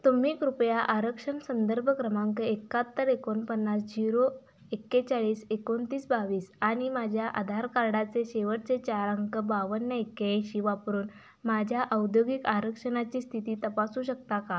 तुम्ही कृपया आरक्षण संदर्भ क्रमांक एकाहत्तर एकोणपन्नास झिरो एक्केचाळीस एकोणतीस बावीस आणि माझ्या आधार कार्डाचे शेवटचे चार अंक बावन्न एक्याऐंशी वापरून माझ्या औद्योगिक आरक्षणाची स्थिती तपासू शकता का